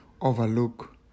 overlook